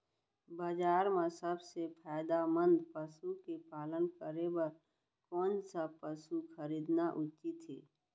बजार म सबसे फायदामंद पसु के पालन करे बर कोन स पसु खरीदना उचित हे?